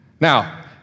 Now